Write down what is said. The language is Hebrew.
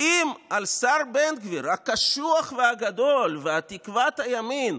אם לשר בן גביר הקשוח והגדול, תקוות הימין,